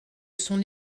son